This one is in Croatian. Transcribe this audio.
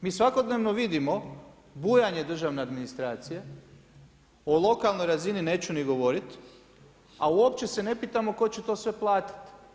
Mi svakodnevno vidimo bujanje državne administracije, o lokalnoj razini neću ni govoriti a uopće se ne pitamo tko će to sve platiti.